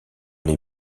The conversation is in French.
les